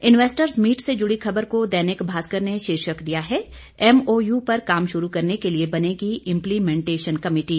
investor meet से जुड़ी खबर को दैनिक भास्कर ने शीर्षक दिया है एमओयू पर काम शुरू करने के लिए बनेगी इंप्लीमेंटेशन कमेटी